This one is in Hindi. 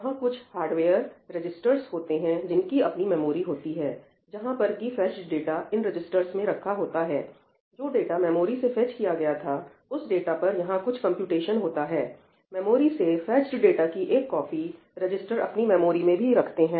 वहां कुछ हार्डवेयर रजिस्टर्स होते हैं जिनकी अपनी मेमोरी होती हैजहां पर की फेचड डाटा इन रजिस्टर में रखा होता है जो डाटा मेमोरी से फेच किया गया था उस डाटा पर यहां कुछ कंप्यूटेशन होता है मेमोरी से फेचड डाटा की एक कॉपी रजिस्टर अपनी मेमोरी में भी रखते हैं